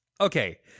Okay